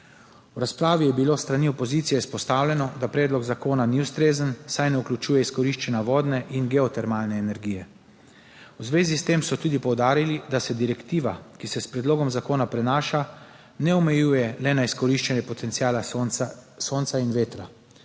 V razpravi je bilo s strani opozicije izpostavljeno, da predlog zakona ni ustrezen, saj ne vključuje izkoriščanja vodne in geotermalne energije. V zvezi s tem so tudi poudarili, da se direktiva, ki se s predlogom zakona prenaša, ne omejuje le na izkoriščanje potenciala sonca in vetra.